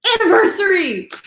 Anniversary